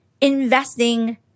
investing